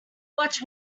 watch